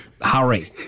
Hurry